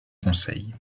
conseil